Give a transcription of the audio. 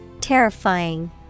Terrifying